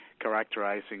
characterizing